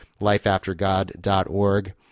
lifeaftergod.org